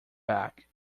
back